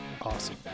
Awesome